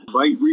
right